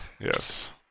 Yes